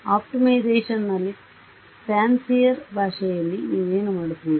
ಆಪ್ಟಿಮೈಸೇಶನ್ನಲ್ಲಿ fancier ಭಾಷೆಯಲ್ಲಿ ನೀವು ಏನು ಮಾಡುತ್ತೀರಿ